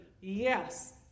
yes